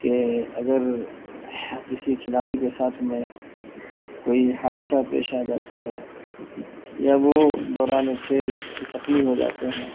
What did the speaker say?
کہ اگر کسی کھلاڑی کے ساتھ میں کوئی حادثہ پیش آ جاتا ہے یا وہ دوران کھیل زخمی ہو جاتے ہیں